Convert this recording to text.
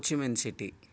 कोच्चिमेन् सिट्टी